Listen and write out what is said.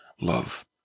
love